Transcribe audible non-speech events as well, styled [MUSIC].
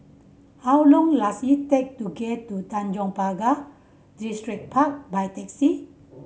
how long [UNINTELLIGIBLE] it take to get to Tanjong Pagar Distripark by taxi